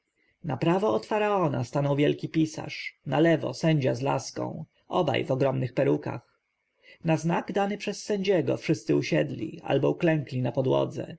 na prawo od faraona stanął wielki pisarz na lewo sędzia z laską obaj w ogromnych perukach na znak dany przez sędziego wszyscy usiedli albo uklękli na podłodze